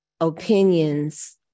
opinions